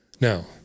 Now